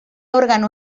órgano